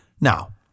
Now